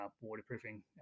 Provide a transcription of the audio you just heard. waterproofing